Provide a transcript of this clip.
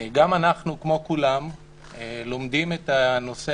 גם אנחנו כמו כולם לומדים את הנושא